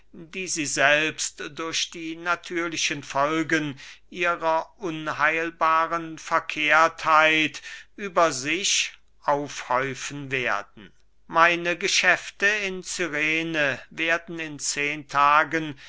die sie selbst durch die natürlichen folgen ihrer unheilbaren verkehrtheit über sich aufhäufen werden meine geschäfte in cyrene werden in zehen tagen